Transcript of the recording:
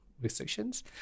restrictions